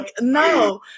no